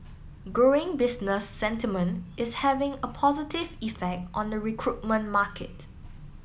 growing business sentiment is having a positive effect on the recruitment market